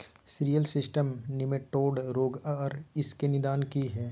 Cereal system nematode रोग आर इसके निदान की हय?